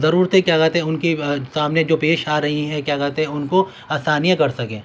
ضرورتیں کیا کہتے ہیں ان کی سامنے جو پیش آ رہی ہیں کیا کہتے ہیں ان کو آسانیاں کر سکیں